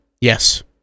Yes